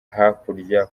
hakurya